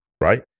right